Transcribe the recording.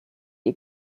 ihr